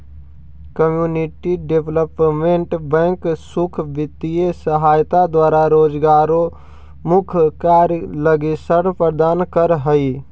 community development bank सुख वित्तीय सहायता द्वारा रोजगारोन्मुख कार्य लगी ऋण प्रदान करऽ हइ